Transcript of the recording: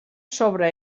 sobre